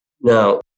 Now